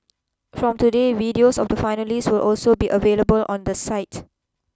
from today videos of the finalists will also be available on the site